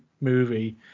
movie